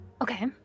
Okay